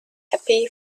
happy